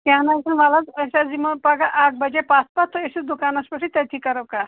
کیٚنٛہہ نَہ حظ چھُنہٕ وَلہٕ حظ أسۍ حظ یِموٚو پگاہ اَکھ بَجے پَتھ پَتھ تُہۍ ٲسیِٛو دُکانَس پٮ۪ٹھٕے تٔتتھٕے کَرو کَتھ